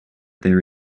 there